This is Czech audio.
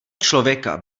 člověka